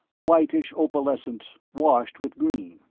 whitish opalescent, washed with green.